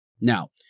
Now